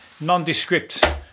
Nondescript